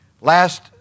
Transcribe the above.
Last